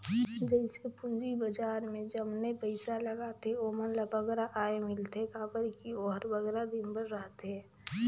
जइसे पूंजी बजार में जमने पइसा लगाथें ओमन ल बगरा आय मिलथे काबर कि ओहर बगरा दिन बर रहथे